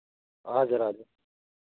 हजुर हजुर